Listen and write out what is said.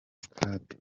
sitade